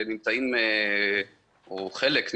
או חלק,